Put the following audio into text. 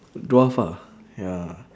dwarf ah ya